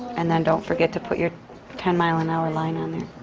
and then don't forget to put your ten mile an hour line on there.